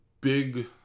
big